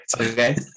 Okay